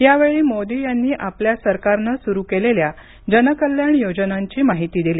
यावेळी मोदी यांनी आपल्या सरकारनं सुरू केलेल्या जनकल्याण योजनांची माहिती दिली